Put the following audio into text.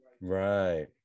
Right